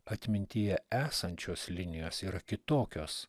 atmintyje esančios linijos yra kitokios